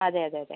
അതെ അതെ അതെ